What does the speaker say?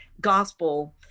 gospel